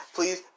Please